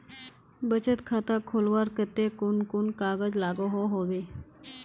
बचत खाता खोलवार केते कुन कुन कागज लागोहो होबे?